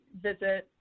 visit